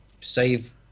save